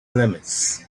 limits